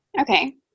okay